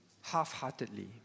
half-heartedly